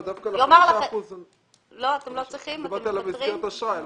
דיברנו על מסגרת האשראי.